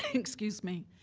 excuse me,